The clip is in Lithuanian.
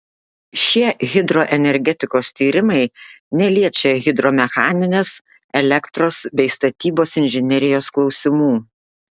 šie hidroenergetikos tyrimai neliečia hidromechaninės elektros bei statybos inžinerijos klausimų